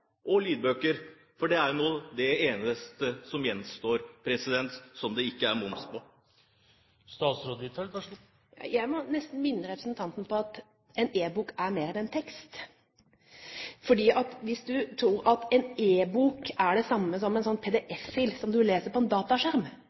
og lydbøker, for det er det eneste som gjenstår som det ikke er moms på? Jeg må nesten minne representanten på at en e-bok er mer enn tekst. For hvis en tror at en e-bok er det samme som en PDF-fil som man leser på en dataskjerm,